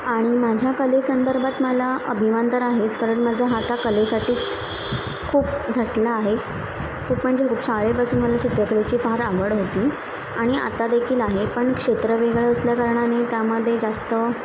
आणि माझ्या कलेसंदर्भात मला अभिमान तर आहेच कारण माझा हात हा कलेसाठीच खूप झटला आहे खूप म्हणजे खूप शाळेपासून मला चित्रकलेची फार आवड होती आणि आता देखील आहे पण क्षेत्र वेगळं असल्या कारणाने त्यामध्ये जास्त